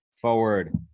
forward